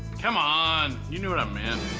come on! you knew what i meant.